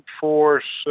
force